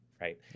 right